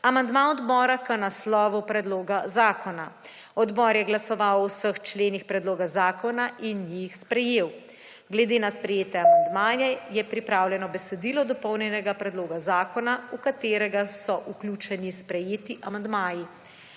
amandma odbora k naslovu predloga zakona. Odbor je glasoval o vseh členih predloga zakona in jih sprejel. Glede na sprejete amandmaje je pripravljeno besedilo dopolnjenega predloga zakona, v katerega so vključeni sprejeti amandmaji.